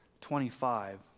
Twenty-five